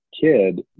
kid